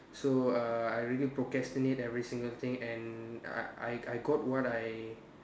so uh I really procrastinate every single thing and uh I I got what I